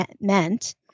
meant